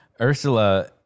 Ursula